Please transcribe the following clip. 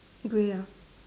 grey ah